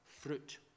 Fruit